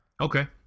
okay